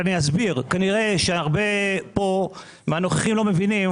ואני אסביר: כנראה שהרבה מהנוכחים פה לא מבינים